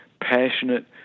passionate